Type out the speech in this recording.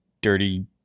dirty